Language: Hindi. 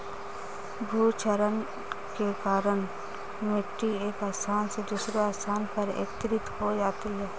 भूक्षरण के कारण मिटटी एक स्थान से दूसरे स्थान पर एकत्रित हो जाती है